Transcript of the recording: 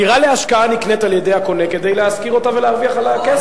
דירה להשקעה נקנית על-ידי הקונה כדי להשכיר אותה ולהרוויח עליה כסף.